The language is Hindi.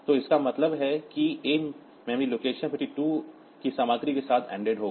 तो इसका मतलब है कि ए मेमोरी लोकेशन 52 की सामग्री के लिए एन्डेड होगा